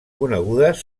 conegudes